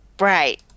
Right